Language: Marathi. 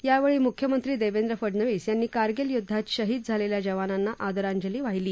यावेळी मुख्यमंत्री देवेंद्र फडनवीस यांनी कारगिल युद्धात शहीद झालेल्या जवानांना आदरांजली वाहिली